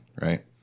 right